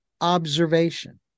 observation